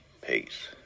Peace